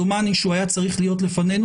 דומני שהוא היה צריך להיות לפנינו,